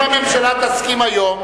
אם הממשלה תסכים היום,